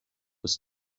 was